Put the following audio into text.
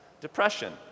depression